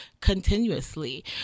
continuously